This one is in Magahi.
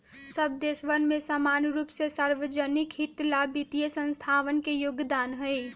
सब देशवन में समान रूप से सार्वज्निक हित ला वित्तीय संस्थावन के योगदान हई